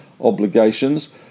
obligations